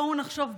בואו נחשוב יחד,